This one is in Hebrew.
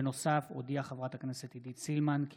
כמו כן הודיעה חברת הכנסת עידית סילמן כי